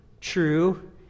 true